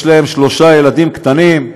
יש להם שלושה ילדים קטנים,